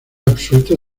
absuelto